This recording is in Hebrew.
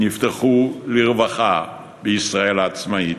נפתחו לרווחה בישראל העצמאית.